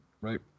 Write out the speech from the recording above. Right